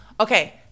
Okay